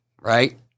Right